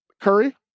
curry